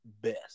best